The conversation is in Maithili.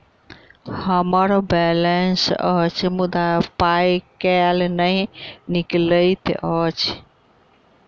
हम्मर बैलेंस अछि मुदा पाई केल नहि निकलैत अछि?